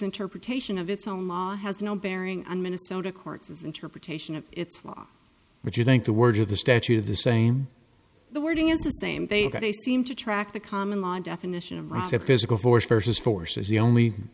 interpretation of its own law has no bearing on minnesota court's interpretation of its law which you think the words of the statute of the same the wording is the same they seem to track the common law definition of reset physical force versus force is the only